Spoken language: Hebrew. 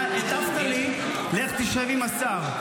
אתה כתבת לי: לך תשב עם השר.